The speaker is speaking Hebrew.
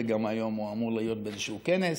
והיום הוא גם אמור להיות באיזשהו כנס